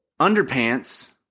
underpants